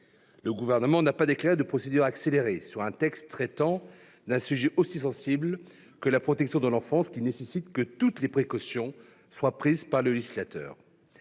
Le Gouvernement n'a pas engagé la procédure accélérée sur ce texte, car il traite d'un sujet sensible, celui de la protection de l'enfance, qui requiert que toutes les précautions soient prises par le législateur.